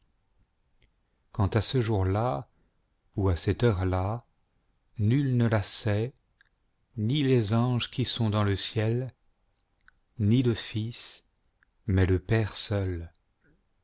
quant à ce jour-là ou à cette heure nul ne la sait ni les anges qui sont dans le ciel ni le fils mais le père seul